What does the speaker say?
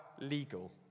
Legal